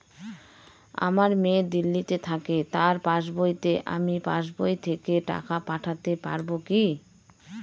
আমার মেয়ে দিল্লীতে থাকে তার পাসবইতে আমি পাসবই থেকে টাকা পাঠাতে পারব কি?